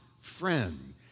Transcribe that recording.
friend